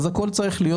אז הכול צריך להיות